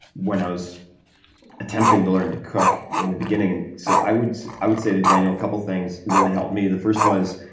when i was attempting to learn to cook in the beginning. so, i would i would say to daniel that a couple of things really helped me. the first was